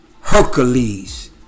Hercules